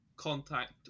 Contact